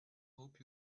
hope